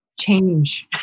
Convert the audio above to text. change